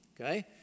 okay